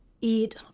eat